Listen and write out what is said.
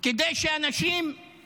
חברה אזרחית כדי שאנשים יפחדו,